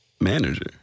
manager